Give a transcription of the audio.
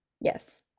Yes